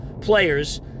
players